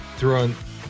throwing